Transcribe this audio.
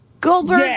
Goldberg